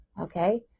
okay